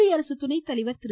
குடியரசு துணைத்தலைவர் திரு